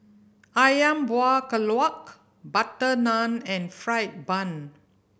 Ayam Buah Keluak butter naan and fried bun